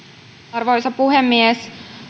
arvoisa puhemies